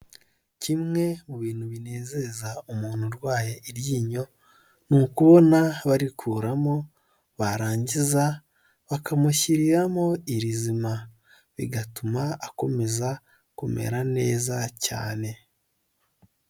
Kimwe mu bintu binezeza umuntu urwaye iryinyo ni ukubona barikuramo, barangiza bakamushyiriramo irizima bigatuma akomeza kumera neza cyane.